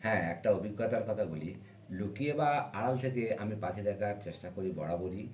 হ্যাঁ একটা অভিজ্ঞতার কথা বলি লুকিয়ে বা আড়াল থেকে আমি পাখি দেখার চেষ্টা করি বরাবরই